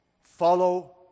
Follow